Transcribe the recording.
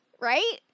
Right